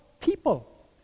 people